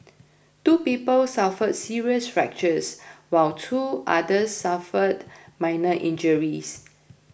two people suffered serious fractures while two others suffered minor injuries